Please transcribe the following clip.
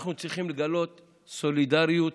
אנחנו צריכים לגלות סולידריות,